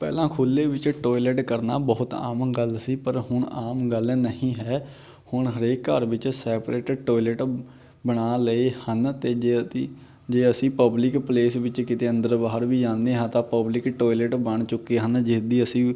ਪਹਿਲਾਂ ਖੁੱਲ੍ਹੇ ਵਿੱਚ ਟੋਇਲੇਟ ਕਰਨਾ ਬਹੁਤ ਆਮ ਗੱਲ ਸੀ ਪਰ ਹੁਣ ਆਮ ਗੱਲ ਨਹੀਂ ਹੈ ਹੁਣ ਹਰੇਕ ਘਰ ਵਿੱਚ ਸੈਪਰੇਟ ਟੋਇਲੇਟ ਬਣਾ ਲਏ ਹਨ ਅਤੇ ਜੇ ਅਤੀ ਜੇ ਅਸੀਂ ਪਬਲਿਕ ਪਲੇਸ ਵਿੱਚ ਕਿਤੇ ਅੰਦਰ ਬਾਹਰ ਵੀ ਜਾਂਦੇ ਹਾਂ ਤਾਂ ਪਬਲਿਕ ਟੋਇਲੇਟ ਬਣ ਚੁੱਕੇ ਹਨ ਜਿਸ ਦੀ ਅਸੀਂ